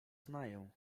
znają